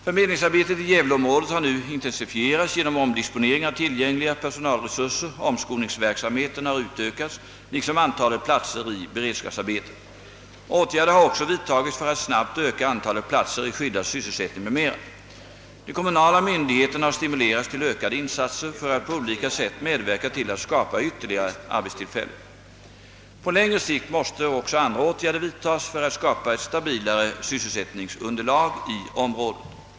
Förmedlingsarbetet i gävleområdet har nu intensifierats genom omdispo nering av tillgängliga personalresurser, omskolningsverksamheten har utökats liksom antalet platser i beredskapsarbeten. Åtgärder har också vidtagits för att snabbt öka antalet platser i skyddad sysselsättning m.m. De kommunala myndigheterna har stimulerats till ökade insatser för att på olika sätt medverka till att skapa ytterligare arbetstillfällen. På längre sikt måste också andra åtgärder vidtas för att skapa ett stabilare sysselsättningsunderlag i området.